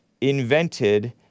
invented